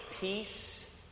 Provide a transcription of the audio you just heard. peace